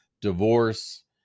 divorce